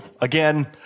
Again